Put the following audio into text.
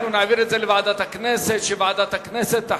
לדיון מוקדם בוועדה שתקבע ועדת הכנסת נתקבלה.